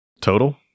Total